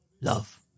Love